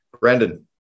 Brandon